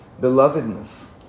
belovedness